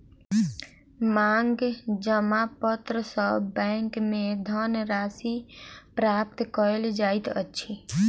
मांग जमा पत्र सॅ बैंक में धन राशि प्राप्त कयल जाइत अछि